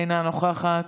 אינה נוכחת,